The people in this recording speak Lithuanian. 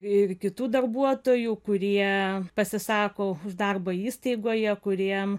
ir kitų darbuotojų kurie pasisako už darbą įstaigoje kuriem